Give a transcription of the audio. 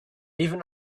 even